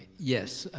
yes,